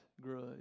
grudge